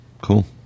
cool